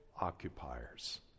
occupiers